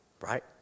right